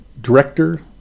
director